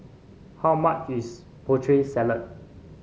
how much is Putri Salad